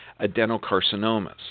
adenocarcinomas